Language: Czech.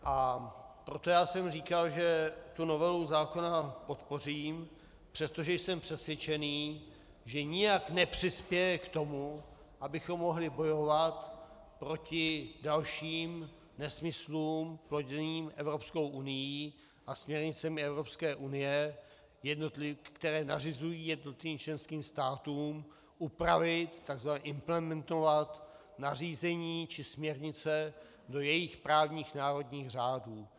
A proto jsem říkal, že novelu zákona podpořím, přestože jsem přesvědčený, že nijak nepřispěje k tomu, abychom mohli bojovat proti dalším nesmyslům plozeným Evropskou unií a směrnicemi Evropské unie, které nařizují jednotlivým členským státům upravit, tzv. implementovat, nařízení či směrnice do jejich právních národních řádů.